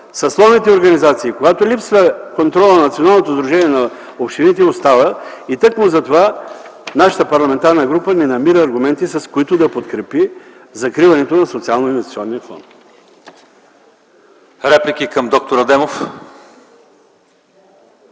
съсловните организации, когато липсва контролът на Националното сдружение на общините, остават. Тъкмо затова нашата парламентарна група не намира аргументи, с които да подкрепи закриването на Социално-инвестиционния фонд. ПРЕДСЕДАТЕЛ